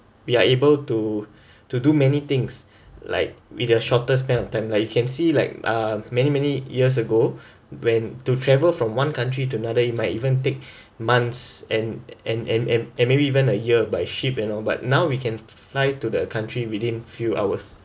we are able to to do many things like with the shortest span of time like you can see like uh many many years ago when to travel from one country to another it might even take months and and and and and maybe even a year by ship and all but now we can fly to the country within a few hours